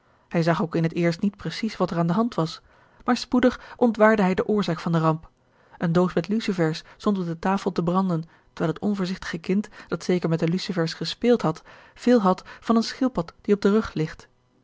hij zag ook in het eerst niet precies wat er aan de hand was maar spoedig ontwaarde hij de oorzaak van de ramp eene doos met lucifers stond op de tafel te branden terwijl het onvoorzigtige kind dat zeker met de lucifers gespeeld had veel had van eene schildpad die op den rug ligt